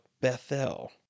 Bethel